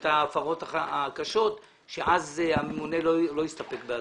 את ההפרות הקשות כאשר אז הממונה לא יסתפק באזהרה.